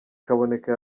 kaboneka